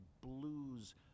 blues